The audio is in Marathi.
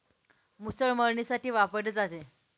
मुसळ मळणीसाठी वापरली जाते